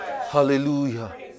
hallelujah